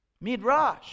Midrash